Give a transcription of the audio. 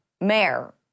mayor